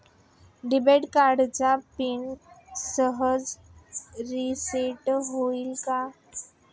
Debit कार्डचा pin सहज reset होईल का?